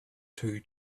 two